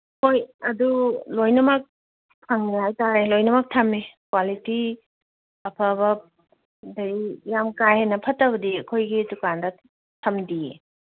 ꯍꯣꯏ ꯑꯗꯨ ꯂꯣꯏꯅꯃꯛ ꯊꯝꯃꯤ ꯍꯥꯏ ꯇꯥꯔꯦ ꯂꯣꯏꯅꯃꯛ ꯊꯝꯃꯤ ꯀ꯭ꯋꯥꯂꯤꯇꯤ ꯑꯐꯕ ꯑꯗꯩ ꯌꯥꯝ ꯀꯥ ꯍꯦꯟꯅ ꯐꯠꯇꯕꯗꯤ ꯑꯩꯈꯣꯏꯒꯤ ꯗꯨꯀꯥꯟꯗ ꯊꯝꯗꯤꯌꯦ